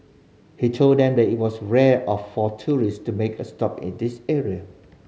he told them that it was rare of for tourist to make a stop at this area